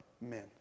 men